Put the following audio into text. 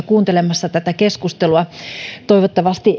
kuuntelemassa tätä keskustelua toivottavasti